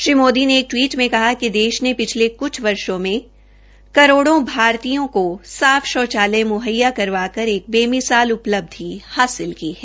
श्री मोदी ने एक टवीट में कहा कि देश ने पिछले क्छ वर्षो में करोड़ो भारतीय को साफ शौचालय मुंहैया करवाकर एक बेमिसाल उपलब्धि हासिल की है